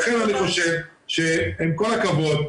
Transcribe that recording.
לכן אני חושב שעם כל הכבוד,